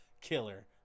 killer